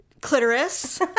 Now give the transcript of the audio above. clitoris